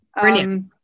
Brilliant